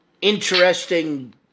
interesting